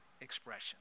expression